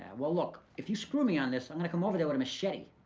well look, if you screw me on this, i'm gonna come over there with a machete.